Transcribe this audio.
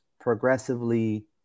progressively